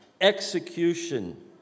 execution